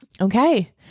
Okay